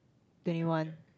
twenty one